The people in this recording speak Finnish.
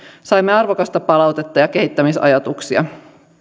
saimme arvokasta palautetta ja kehittämisajatuksia